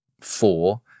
four